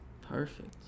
Perfect